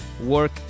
work